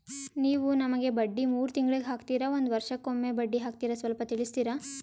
ನೀವು ನಮಗೆ ಬಡ್ಡಿ ಮೂರು ತಿಂಗಳಿಗೆ ಹಾಕ್ತಿರಾ, ಒಂದ್ ವರ್ಷಕ್ಕೆ ಒಮ್ಮೆ ಬಡ್ಡಿ ಹಾಕ್ತಿರಾ ಸ್ವಲ್ಪ ತಿಳಿಸ್ತೀರ?